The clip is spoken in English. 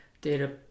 data